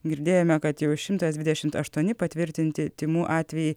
girdėjome kad jau šimtas dvidešim aštuoni patvirtinti tymų atvejai